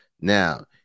Now